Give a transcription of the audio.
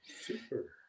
Super